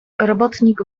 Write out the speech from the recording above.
robotnik